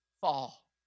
fall